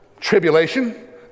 tribulation